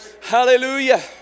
hallelujah